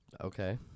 Okay